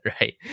right